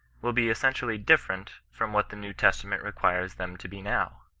will be essentially different from what the new testament requires them to be now.